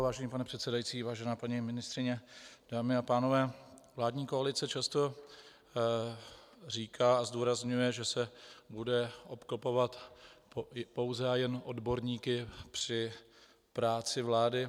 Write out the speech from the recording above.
Vážený pane předsedající, vážená paní ministryně, dámy a pánové, vládní koalice často říká a zdůrazňuje, že se bude obklopovat pouze a jen odborníky při práci vlády.